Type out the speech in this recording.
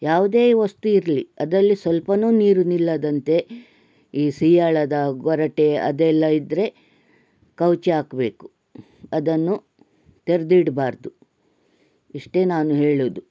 ಯಾವುದೇ ವಸ್ತು ಇರಲಿ ಅದರಲ್ಲಿ ಸ್ವಲ್ಪನೂ ನೀರು ನಿಲ್ಲದಂತೆ ಈ ಸೀಯಾಳದ ಗೊರಟೆ ಅದೆಲ್ಲ ಇದ್ರೆ ಕವುಚಿ ಹಾಕ್ಬೇಕು ಅದನ್ನು ತೆರ್ದಿಡಬಾರ್ದು ಇಷ್ಟೇ ನಾನು ಹೇಳೋದು